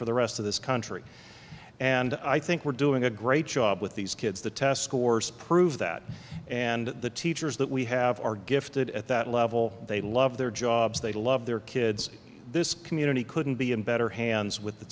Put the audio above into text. for the rest of this country and i think we're doing a great job with these kids the test scores prove that and the teachers that we have are gifted at that level they love their jobs they love their kids this community couldn't be in better hands with the